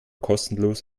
kostenlos